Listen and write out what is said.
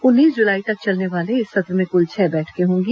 उन्नीस जुलाई तक चलने वाले इस सत्र में कुल छह बैठकें होंगी